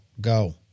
go